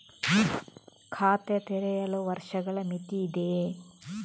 ಖಾತೆ ತೆರೆಯಲು ವರ್ಷಗಳ ಮಿತಿ ಇದೆಯೇ?